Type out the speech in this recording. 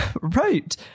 right